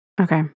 Okay